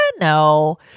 no